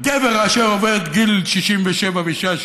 גבר אשר עובר את גיל 67 ואישה,